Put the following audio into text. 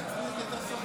חברי הכנסת,